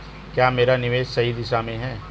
क्या मेरा निवेश सही दिशा में है?